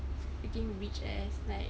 fucking rich ass like